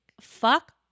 fuck